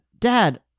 Dad